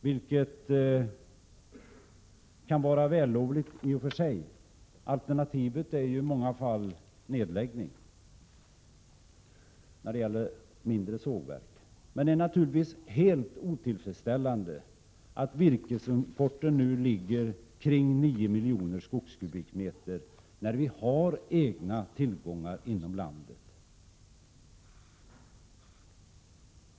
Det är i och för sig vällovligt. Alternativet är ju i många fall nedläggning av mindre sågverk. Det är naturligtvis helt otillfredsställande att virkesimporten för närvarande uppgår till ca 9 miljoner kubikmeter, trots att vi har egna tillgångar i landet.